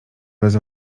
bez